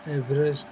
average